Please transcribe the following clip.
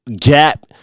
gap